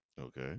okay